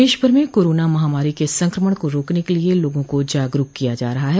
प्रदेश भर में कारोना महामारी के संक्रमण को रोकने के लिये लोगों को जागरूक किया जा रहा है